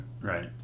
right